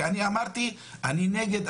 כי אני אמרתי אני נגד,